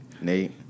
Nate